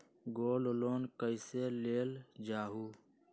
Gold loan कईसे लेल जाहु?